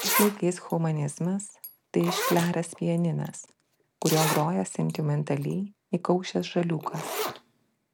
šiais laikais humanizmas tai iškleręs pianinas kuriuo groja sentimentaliai įkaušęs žaliūkas